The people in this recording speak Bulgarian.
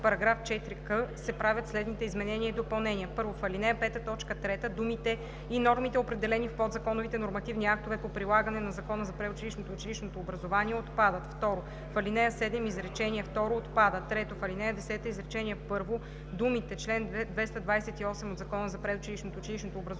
създавания § 4к се правят следните изменения и допълнения: 1. В ал. 5, т. 3 думите „и нормите, определени в подзаконовите нормативни актове по прилагане на Закона за предучилищното и училищното образование“ – отпадат. 2. В ал. 7 изречение второ – отпада. 3. В ал. 10 изречение първо думите „чл. 228 от Закона за предучилищното и училищното образование“